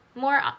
more